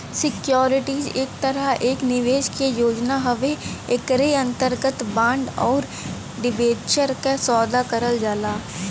securities एक तरह एक निवेश के योजना हउवे एकरे अंतर्गत बांड आउर डिबेंचर क सौदा करल जाला